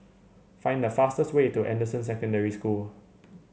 find the fastest way to Anderson Secondary School